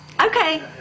Okay